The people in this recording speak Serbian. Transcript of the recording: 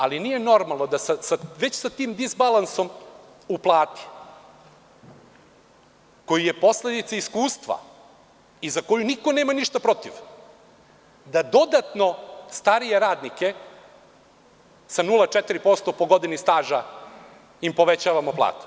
Ali, nije normalno da već sa tim disbalansom u plati, koja je posledica iskustva i za koju niko nema ništa protiv, da dodatno starije radnike, sa 0,4% po godini staža, im povećavamo plate.